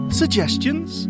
suggestions